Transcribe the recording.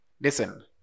Listen